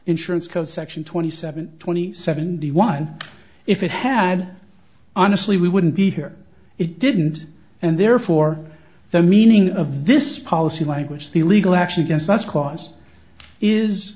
insurance code section twenty seven twenty seven the one if it had honestly we wouldn't be here it didn't and therefore the meaning of this policy language the legal action against us cause is